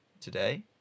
Today